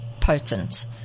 potent